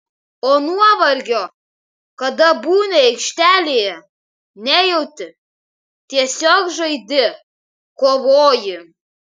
o nuovargio kada būni aikštelėje nejauti tiesiog žaidi kovoji